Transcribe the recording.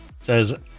says